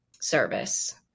service